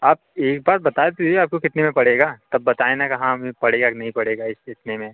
आप एक बार बता तो दीजिए आपको कितने में पड़ेगा तब बताए ना कि हाँ पड़ेगा कि नहीं पड़ेगा इतने में